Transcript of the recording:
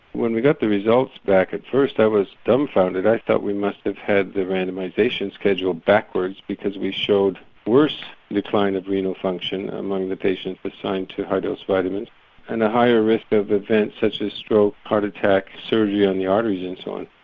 when we got the results back at first i was dumbfounded, i thought we must have had the randomisation schedule backwards because we showed worse decline of renal function among the patients assigned to high dose vitamins and a higher risk of events such as stroke, heart attack, surgery on the arteries and so on.